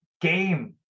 game